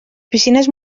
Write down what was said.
piscines